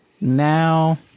now